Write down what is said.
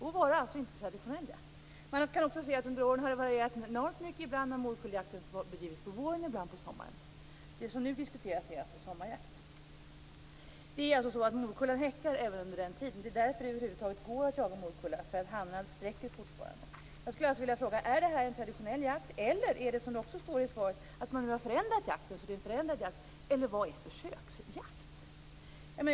Då var det alltså inte traditionell jakt. Under åren har det varierat enormt mycket. Ibland har morkulljakten bedrivits på våren och ibland på sommaren. Det som nu diskuteras är sommarjakt. Morkullan häckar under den tiden. Det är därför som det över huvud taget går att jaga morkulla, för att hannarna sträcker fortfarande. Jag vill då fråga: Är detta traditionell jakt? Eller är det som det står i svaret att jakten har förändrats? Och vad innebär försöksjakt?